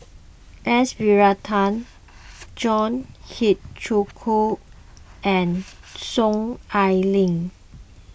S Varathan John Hitchcock and Soon Ai Ling